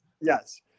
Yes